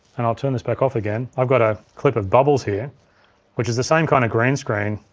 and i'll turn this back off again, i've got a clip of bubbles here which is the same kind of green screen